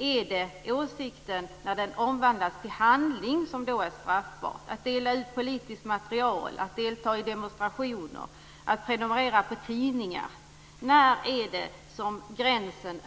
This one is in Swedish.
Är det när åsikten omvandlas till handling som den är straffbar, t.ex. att dela ut politiskt material, att delta i demonstrationer, att prenumerera på tidningar? När överskrids gränsen?